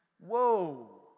Whoa